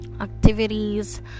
activities